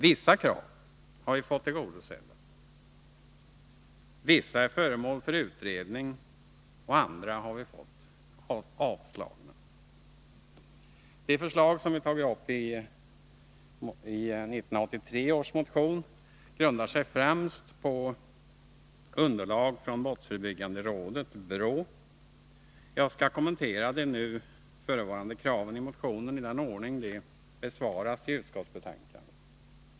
Vissa krav har vi fått tillgodosedda, vissa är föremål för utredning och andra har vi fått avslagna. De förslag som vi har tagit upp i 1983 års motion grundar sig främst på underlag från brottsförebyggande rådet . Jag skall kommentera de nu förevarande kraven i motionen i den ordning som de besvarats i utskottsbetänkandet.